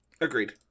agreed